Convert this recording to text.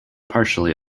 partially